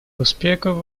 успехов